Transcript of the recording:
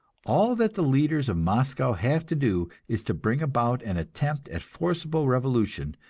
all that the leaders of moscow have to do is to bring about an attempt at forcible revolution,